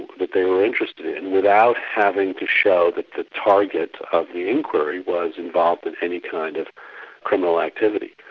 that they were interested in, without having to show that the target of the inquiry was involved in any kind of criminal activity.